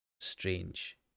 strange